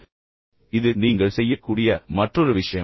எனவே இது நீங்கள் செய்யக்கூடிய மற்றொரு விஷயம்